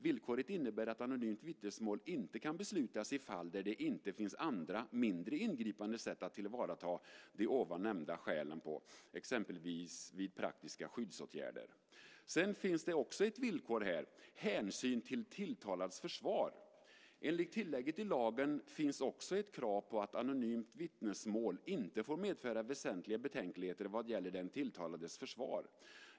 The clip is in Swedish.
Villkoret innebär att anonymt vittnesmål inte kan beslutas i fall där det inte finns andra, mindre ingripande sätt att tillvarata de skäl som nämns, exempelvis vid praktiska skyddsåtgärder. Vidare är ett villkor hänsynen till tilltalads försvar. Enligt tillägget i lagen finns det också ett krav på att anonymt vittnesmål inte får medföra väsentliga betänkligheter vad gäller den tilltalades försvar.